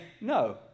no